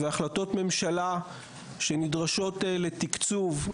והחלטות ממשלה שנדרשות לתקצוב,